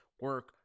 Work